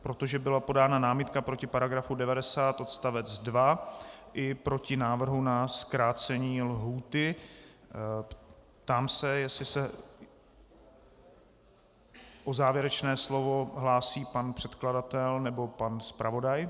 Protože byla podána námitka proti § 90 odst. 2 i proti návrhu na zkrácení lhůty, ptám se, jestli se o závěrečné slovo hlásí pan předkladatel nebo pan zpravodaj.